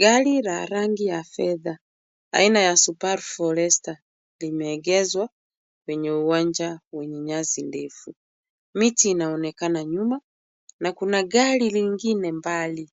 Gari la rangi ya fedha aina ya subaru forester limeegezwa kwenye uwanja wenye nyasi ndefu. Miti inaonekana nyuma na kuna gari lingine mbali.